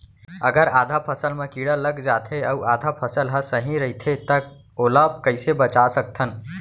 अगर आधा फसल म कीड़ा लग जाथे अऊ आधा फसल ह सही रइथे त ओला कइसे बचा सकथन?